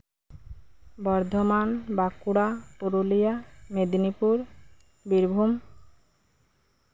Bardhaman Bankura Purulia Medinipur Birbhum